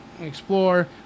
explore